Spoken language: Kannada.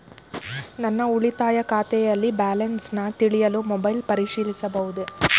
ನನ್ನ ಉಳಿತಾಯ ಖಾತೆಯಲ್ಲಿ ಬ್ಯಾಲೆನ್ಸ ತಿಳಿಯಲು ಮೊಬೈಲ್ ಪರಿಶೀಲಿಸಬಹುದೇ?